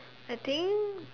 I think